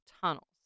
tunnels